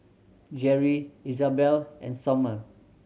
Jerri Izabelle and Sommer